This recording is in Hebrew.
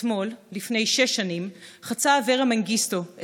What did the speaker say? אתמול לפני שש שנים חצה אברה מנגיסטו,